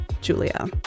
Julia